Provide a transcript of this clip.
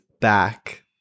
back